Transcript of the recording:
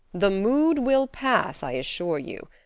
the mood will pass, i assure you.